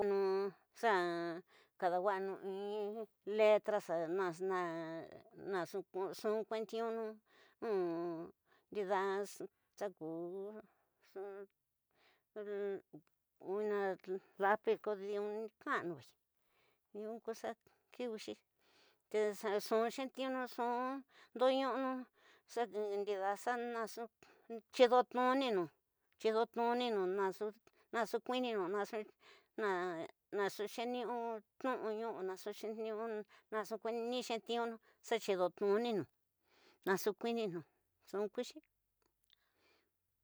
Xa ndewanu inileta xana nxu kuetiunu ndida nxulapiz diñun xana diñun ña xa kiwixí te xa nxu xetiunu, nxu ndonuñunu ndida xa tiyotununu, tiyotununu nxu nxu kuñinu o ña xi xetiunu ñunu ñu o ña xeni nu o ña xetiunu xa tiyido tnuninu naxu ñuniñu nxu kuxi.